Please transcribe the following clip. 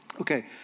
Okay